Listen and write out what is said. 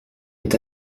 est